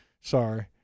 Sorry